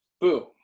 boom